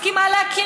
לא מסכימה להכיר,